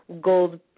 gold